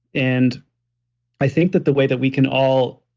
and i think that the way that we can all